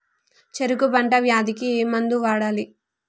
చెరుకు పంట వ్యాధి కి ఏ మందు వాడాలి?